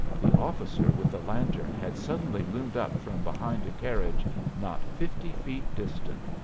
the officer with the lantern had suddenly loomed up from behind a carriage not fifty feet distant,